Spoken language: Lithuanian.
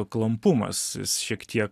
klampumas jis šiek tiek